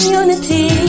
unity